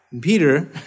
Peter